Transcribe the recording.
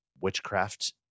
witchcraft